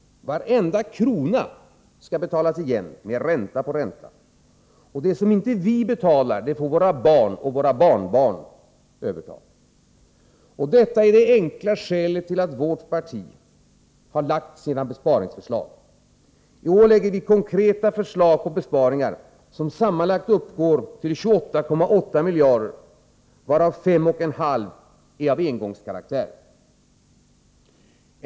Varenda krona skall betalas igen med ränta på ränta, och det som vi inte betalar får våra barn och barnbarn överta. Detta är det enkla skälet till vårt partis besparingsförslag. I år lägger vi fram konkreta förslag på besparingar som sammanlagt uppgår till 28,8 miljarder kronor, varav 5,5 miljarder är av engångskaraktär.